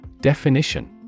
Definition